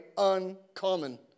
uncommon